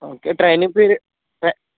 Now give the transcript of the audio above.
okay training period try